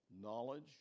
knowledge